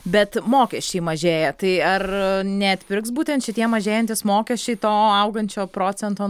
bet mokesčiai mažėja tai ar neatpirks būtent šitie mažėjantys mokesčiai to augančio procento